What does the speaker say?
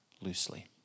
loosely